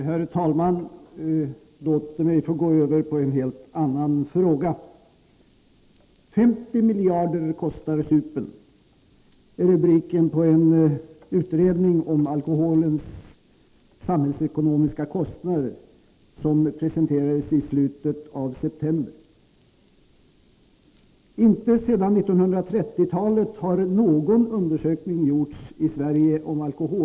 Herr talman! Låt mig gå över till en helt annan fråga. ”50 miljarder kostar supen” är rubriken på en utredning om alkoholens samhällsekonomiska kostnader som presenterades i slutet av september. Inte sedan 1930-talet har någon undersökning gjorts i Sverige om dessa.